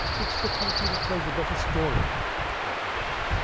it's the country that tells a better story that prevails.